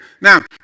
Now